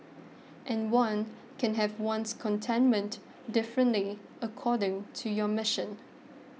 and one can have one's contentment differently according to your mission